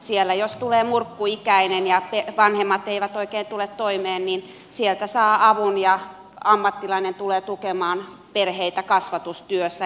sinne jos tulee murkkuikäinen ja vanhemmat eivät oikein tule toimeen sieltä saa avun ja ammattilainen tulee tukemaan perheitä kasvatustyössä